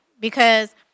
because-